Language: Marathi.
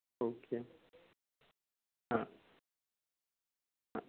ओके हां